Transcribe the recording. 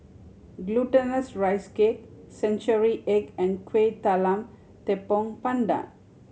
Glutinous Rice Cake century egg and Kuih Talam Tepong Pandan